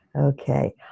Okay